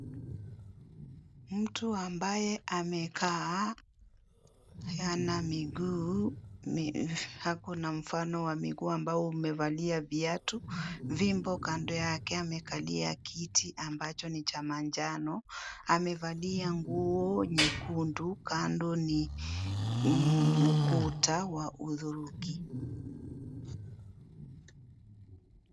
Mtu ambaye amekaa hana miguu ako na mfano wa miguu ambo umevalia viatu fimbo kando yake amekalia kiti ambacho ni cha manjano amevalia nguo nyekundu kando ni ukuta wa udhurungi.